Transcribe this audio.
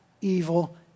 evil